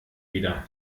wieder